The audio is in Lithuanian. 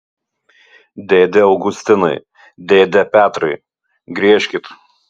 dėde augustinai dėde petrai griežkit